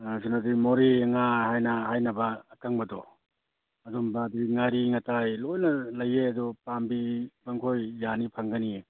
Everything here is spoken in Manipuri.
ꯑꯗꯨꯅꯗꯤ ꯃꯣꯔꯦ ꯉꯥ ꯍꯥꯏꯅ ꯍꯥꯏꯅꯕ ꯑꯀꯪꯕꯗꯣ ꯑꯗꯨꯝꯕ ꯑꯗꯒꯤ ꯉꯥꯔꯤ ꯉꯥꯇꯥꯏ ꯂꯣꯏꯅ ꯂꯩꯌꯦ ꯑꯗꯣ ꯄꯥꯝꯕꯤꯕ ꯃꯈꯣꯏ ꯌꯥꯅꯤ ꯐꯪꯒꯅꯤꯌꯦ